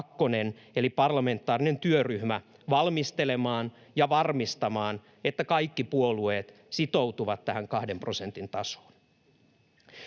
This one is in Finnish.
eli parlamentaarinen työryhmä valmistelemaan ja varmistamaan, että kaikki puolueet sitoutuvat tähän kahden prosentin tasoon.